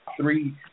three